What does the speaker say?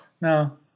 no